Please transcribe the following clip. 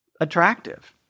attractive